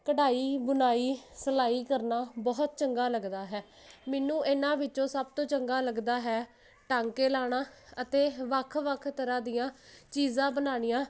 ਕਢਾਈ ਬੁਨਾਈ ਸਲਾਈ ਕਰਨਾ ਬਹੁਤ ਚੰਗਾ ਲੱਗਦਾ ਹੈ ਮੈਨੂੰ ਇਨਾ ਵਿੱਚੋਂ ਸਭ ਤੋਂ ਚੰਗਾ ਲੱਗਦਾ ਹੈ ਟਾਂਕੇ ਲਾਣਾ ਅਤੇ ਵੱਖ ਵੱਖ ਤਰ੍ਹਾਂ ਦੀਆਂ ਚੀਜ਼ਾਂ ਬਣਾਉਣੀਆਂ